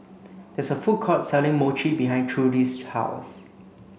there is a food court selling Mochi behind Trudy's house